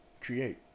create